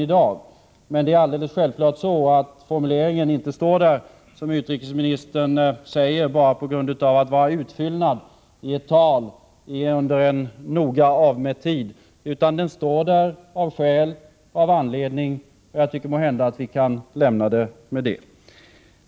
Låt oss hoppas att det är det även i dag. Självfallet står inte formuleringen där för att — som utrikesministern säger — vara utfyllnad i ett tal som skall hållas på en noga avmätt tid, utan det finns skäl till att den står där. Måhända kan vi lämna saken med det.